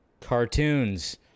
cartoons